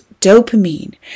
dopamine